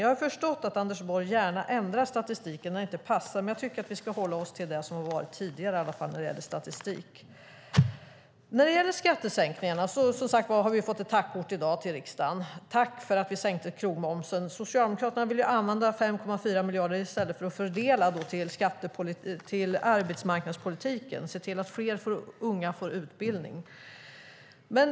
Jag har förstått att Anders Borg gärna ändrar statistiken när det inte passar, men jag tycker att vi ska hålla oss till det som har gällt tidigare i fråga om statistik. I dag har vi fått ett tackkort till riksdagen: Tack för att ni sänkte krogmomsen. Socialdemokraterna vill i stället använda 5,4 miljarder och fördela till arbetsmarknadspolitiken för att se till att fler unga får utbildning.